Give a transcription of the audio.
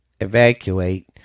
evacuate